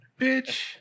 bitch